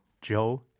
Joe